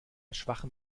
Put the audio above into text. schwachem